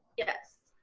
yes,